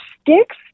sticks